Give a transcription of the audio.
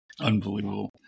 Unbelievable